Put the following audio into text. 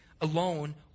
alone